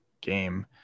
game